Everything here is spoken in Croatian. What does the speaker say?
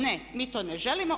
Ne, mi to ne želimo.